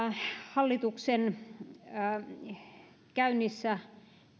hallituksen käynnissä